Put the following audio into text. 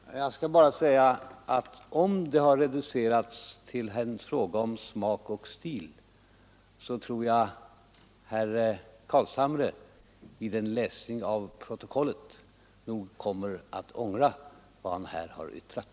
Herr talman! Jag vill bara säga att om detta har reducerats till en fråga om smak och stil, så tror jag att herr Carlshamre vid en läsning av protokollet kommer att ångra vad han här har yttrat.